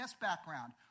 background